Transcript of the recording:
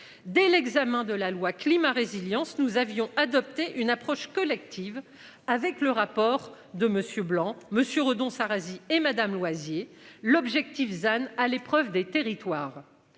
Dès l'examen de la loi climat résilience nous avions adopté une approche collective avec le rapport de monsieur Blanc Monsieur Redon Arazi et Madame Loisier. L'objectif than à l'épreuve des territoires.